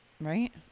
right